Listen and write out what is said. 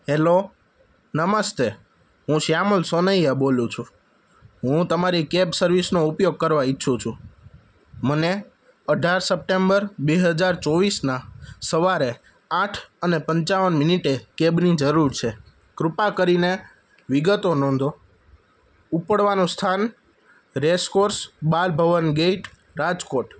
hello namaste હું શ્યામલ સોનૈયા બોલું છું હું તમારી કેબ સર્વિસનો ઉપયોગ કરવા ઈચ્છું છું મને અઢાર સપ્ટેમ્બર બે હજાર ચોવીસના સવારે આઠ અને પંચાવન મિનિટે કેબની જરૂર છે કૃપા કરીને વિગતો નોંધો ઉપડવાનું સ્થાન રેસકોર્સ બાલ ભવન ગેટ રાજકોટ